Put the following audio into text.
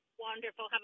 wonderful